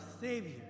Savior